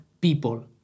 people